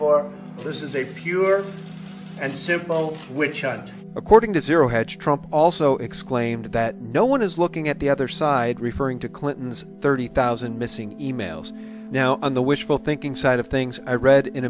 for this is a pure and simple which and according to zero hedge trump also exclaimed that no one is looking at the other side referring to clinton's thirty thousand missing e mails now on the wishful thinking side of things i read in